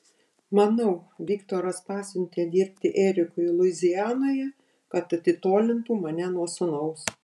manau viktoras pasiuntė dirbti erikui luizianoje kad atitolintų mane nuo sūnaus